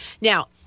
Now